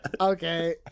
Okay